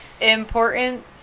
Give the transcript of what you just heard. important